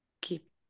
keep